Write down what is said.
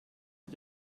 wie